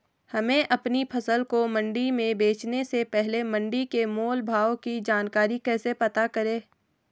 हमें अपनी फसल को मंडी में बेचने से पहले मंडी के मोल भाव की जानकारी कैसे पता करें?